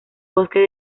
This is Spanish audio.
bosques